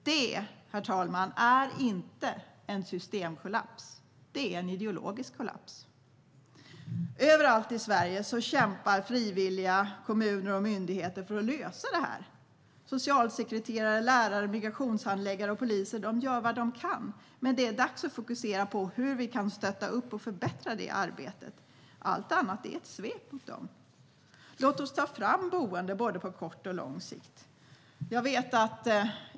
Det, herr talman, är inte en systemkollaps, utan det är en ideologisk kollaps. Överallt i Sverige kämpar frivilliga, kommuner och myndigheter för att lösa det här. Socialsekreterare, lärare, migrationshandläggare och poliser gör vad de kan, men det är dags att fokusera på hur vi kan stötta och förbättra det arbetet. Allt annat är ett svek mot dem. Låt oss ta fram boenden både på kort och på lång sikt.